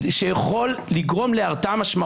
אני קורא אותך לסדר פעם שנייה.